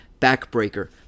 backbreaker